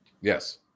Yes